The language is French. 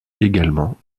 également